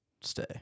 stay